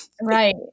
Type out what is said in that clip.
right